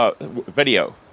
video